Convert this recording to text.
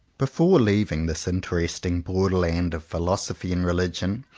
before leaving this interesting borderland of philosophy and religion,